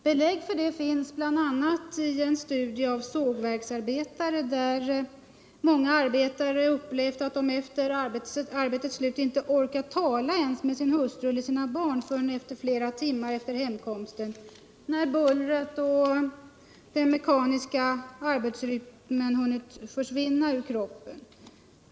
Belägg härför har vi bl.a. i en studie av stålverksarbetare, där många arbetare säger att de efter arbetets slut inte ens orkar tala med sin hustru och sina barn förrän flera timmar efter hemkomsten, när bullret och den mekaniska arbetsrytmen har hunnit försvinna ur kroppen.